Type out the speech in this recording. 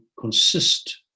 consist